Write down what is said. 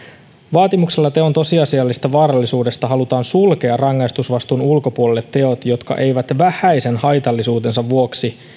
vaatimuksella teon tosiasiallisesta vaarallisuudesta halutaan sulkea rangaistusvastuun ulkopuolelle teot jotka eivät vähäisen haitallisuutensa vuoksi